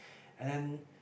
and then